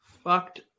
Fucked